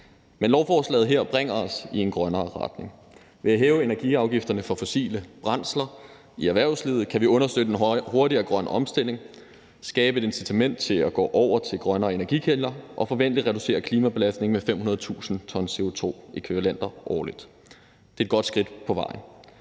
men lovforslaget her bringer os i en grønnere retning. Ved at hæve energiafgifterne på fossile brændsler i erhvervslivet kan vi understøtte en hurtigere grøn omstilling, skabe et incitament til at gå over til grønnere energikilder og forventeligt reducere klimabelastningen med 500.000 t CO2-ækvivalenter årligt. Det er et godt skridt på vejen,